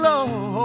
Lord